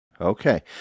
Okay